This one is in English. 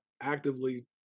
actively